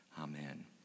Amen